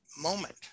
moment